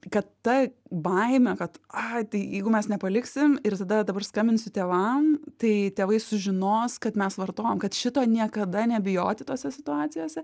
kad ta baimė kad ai tai jeigu mes nepaliksim ir tada dabar skambinsiu tėvam tai tėvai sužinos kad mes vartojam kad šito niekada nebijoti tose situacijose